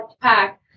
pack